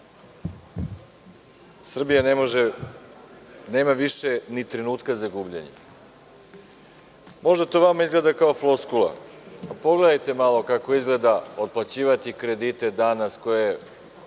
više nema ni trenutka za gubljenje. Možda to vama izgleda kao floskula. Pogledajte malo kako izgleda otplaćivati kredite danas koje